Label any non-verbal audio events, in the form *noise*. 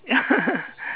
ya *laughs*